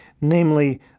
namely